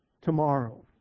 tomorrow